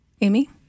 Amy